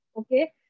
Okay